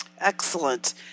Excellent